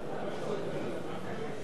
כבל,